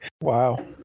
Wow